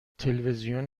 تلویزیون